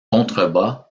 contrebas